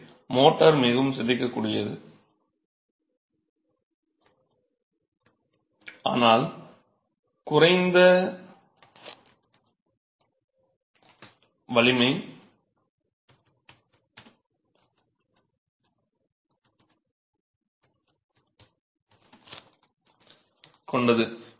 எனவே மோர்டார் மிகவும் சிதைக்கக்கூடியது ஆனால் குறைந்த வலிமை கொண்டது